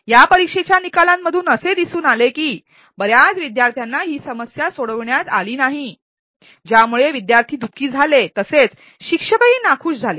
या परीक्षेच्या निकालांमधून असे दिसून आले की बर्याच विद्यार्थ्यांना ही समस्या सोडविण्यास आली नाही ज्यामुळे विद्यार्थी दुखी झाले तसेच शिक्षकही नाखूष झाले